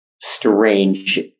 strange